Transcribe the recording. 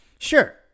Sure